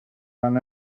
fan